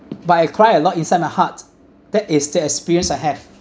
but I cry a lot inside my heart that is the experience I have